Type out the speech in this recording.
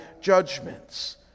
judgments